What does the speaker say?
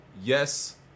Yes